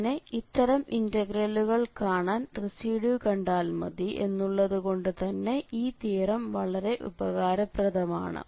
അങ്ങനെ ഇത്തരം ഇന്റഗ്രലുകൾ കാണാൻ റെസിഡ്യൂ കണ്ടാൽ മതി എന്നുള്ളതു കൊണ്ടുതന്നെ ഈ തിയറം വളരെ ഉപകാരപ്രദമാണ്